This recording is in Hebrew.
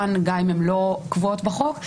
לאישורן גם אם הן לא קבועות בחוק.